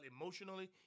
emotionally